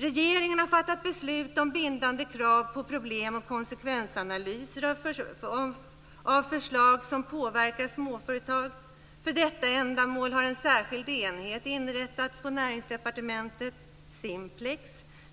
· Regeringen har fattat beslut om bindande krav på problem och konsekvensanalyser av förslag som påverkar småföretag. För detta ändamål har en särskild enhet inrättats på Näringsdepartementet, Simplex,